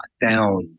down